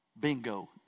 Bingo